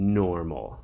normal